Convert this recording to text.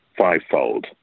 fivefold